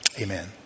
Amen